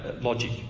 logic